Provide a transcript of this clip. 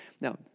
Now